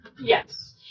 Yes